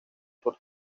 por